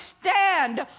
stand